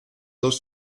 dos